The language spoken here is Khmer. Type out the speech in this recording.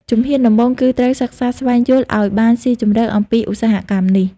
ជំហានដំបូងគឺត្រូវសិក្សាស្វែងយល់ ឱ្យបានស៊ីជម្រៅអំពីឧស្សាហកម្មនេះ។